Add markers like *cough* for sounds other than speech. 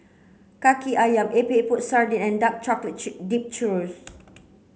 Kaki Ayam Epok Epok Sardin and dark *unintelligible* dipped Churro